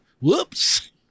Whoops